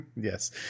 Yes